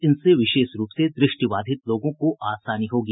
इनसे विशेष रूप से दृष्टि बाधित लोगों को आसानी होगी